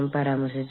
അന്താരാഷ്ട്ര എച്ച്